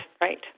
right